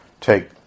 take